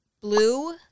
Blue